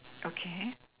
okay